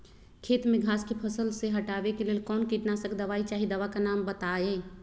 खेत में घास के फसल से हटावे के लेल कौन किटनाशक दवाई चाहि दवा का नाम बताआई?